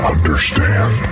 Understand